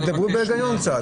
תדברו בהיגיון קצת.